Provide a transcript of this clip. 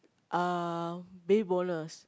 uh baby bonus